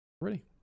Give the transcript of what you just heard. Ready